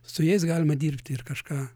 su jais galima dirbti ir kažką